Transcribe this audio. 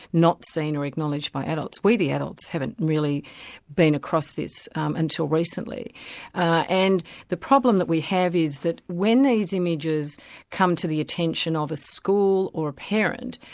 not seen or acknowledged by adults we, the adults haven't really been across this until recently and the problem that we have is that when these images come to the attention of a school or a parent,